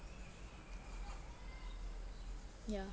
yeah